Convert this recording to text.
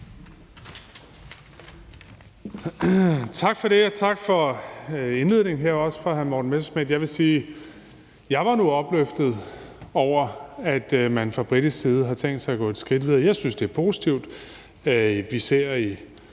Tak for det. Og også tak for indledningen fra hr. Morten Messerschmidt. Jeg vil sige, at jeg nu var opløftet over, at man fra britisk side har tænkt sig at gå et skridt videre. Jeg synes, det er positivt. Vi ser i